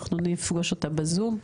אנחנו נפגוש אותה בזום.